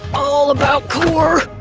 all about core!